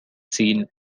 seen